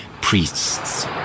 priests